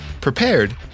prepared